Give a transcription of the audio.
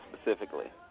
specifically